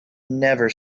never